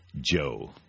Joe